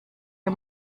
ihr